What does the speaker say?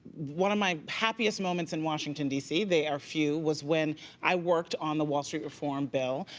one of my happiest moments in washington d c, they are few, was when i worked on the wall street reform bill.